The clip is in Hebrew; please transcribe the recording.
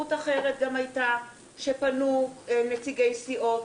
אפשרות אחרת גם הייתה שפנו נציגי סיעות